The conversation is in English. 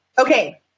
okay